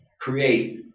create